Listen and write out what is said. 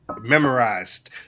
Memorized